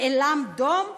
נאלם דום?